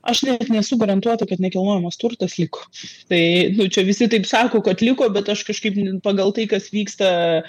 aš net nesu garantuota kad nekilnojamas turtas liko tai nu čia visi taip sako kad liko bet aš kažkaip pagal tai kas vyksta